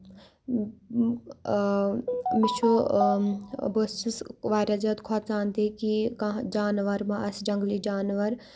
اۭں مےٚ چھُ بہٕ ٲسٕس واریاہ زیادٕ کھۄژان تہِ کہِ کانٛہہ جاناوار مہ آسہِ جنٛگلی جاناوار